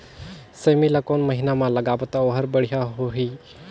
सेमी ला कोन महीना मा लगाबो ता ओहार बढ़िया होही?